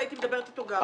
והייתי מדברת אתו גם.